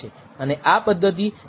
અને આ પદ્ધતિ તેના માટે સહનશીલ છે